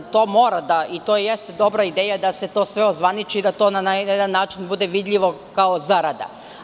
To mora, i to jeste dobra ideja da se to sve ozvaniči, i da to na jedan način bude vidljivo kao zarada.